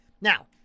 Now